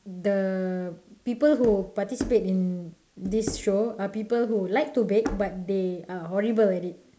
the people who participate in this show are people who like to bake but they are horrible at it